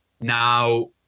Now